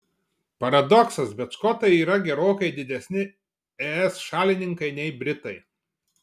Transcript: paradoksas bet škotai yra gerokai didesni es šalininkai nei britai